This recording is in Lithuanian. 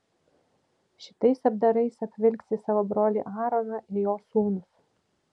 šitais apdarais apvilksi savo brolį aaroną ir jo sūnus